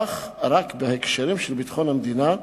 אך רק בהקשרים של ביטחון המדינה,